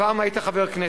פעם היית חבר כנסת.